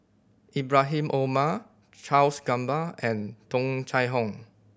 Ibrahim Omar Charles Gamba and Tung Chye Hong